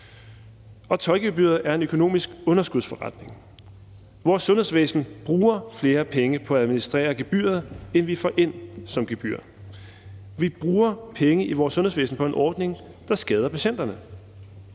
og det er en økonomisk underskudsforretning. Vores sundhedsvæsen bruger flere penge på at administrere gebyret, end vi får ind som gebyr. Vi bruger penge i vores sundhedsvæsen på en ordning, der skader patienterne.